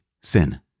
sin